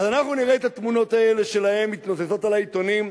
אז אנחנו נראה את התמונות האלה שלהם מתנוססות על העיתונים,